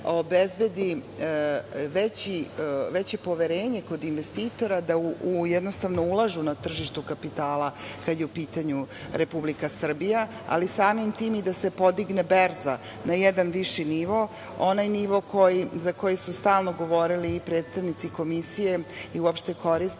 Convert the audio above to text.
obezbedi veće poverenje kod investitora da ulažu na tržištu kapitala kad je u pitanju Republika Srbija, ali samim tim i da se podigne berza na jedan viši nivo, onaj nivo za koji su stalno govorili i predstavnici komisije i uopšte korisnici